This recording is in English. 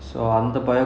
okay